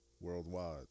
worldwide